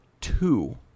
two